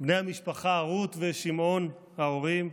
בני המשפחה, רות ושמעון ההורים,